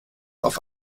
auf